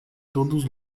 todos